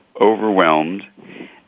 overwhelmed